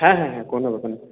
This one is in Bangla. হ্যাঁ হ্যাঁ কোনো ব্যাপার না